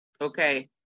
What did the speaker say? Okay